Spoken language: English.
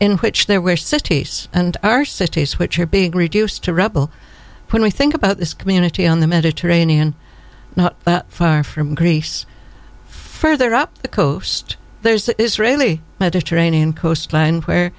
in which there were cities and our cities which are being reduced to rubble when we think about this community on the mediterranean far from greece further up the coast there's the israeli mediterranean coast line where